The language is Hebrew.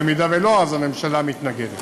במידה שלא, אז הממשלה מתנגדת